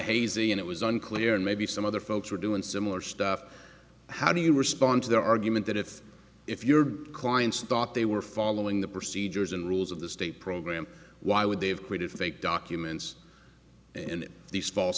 hazy and it was unclear and maybe some other folks were doing similar stuff how do you respond to their argument that if if your clients thought they were following the procedures and rules of the state program why would they have created fake documents and these false